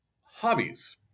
hobbies